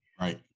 Right